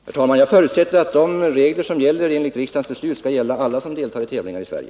Herr talman! Jag förutsätter att de regler som gäller enligt riksdagens beslut skall gälla alla som deltar i tävlingar i Sverige.